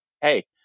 hey